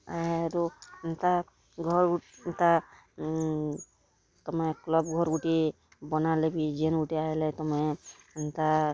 ଆରୁ ଏନ୍ତା ଘର୍ ଏନ୍ତା ତମେ କ୍ଲବ୍ ଘର୍ ଗୁଟେ ବନାଲେ ବି ଯେନ୍ ଗୁଟେ ଆଏଲେ ତମେ ଏନ୍ତା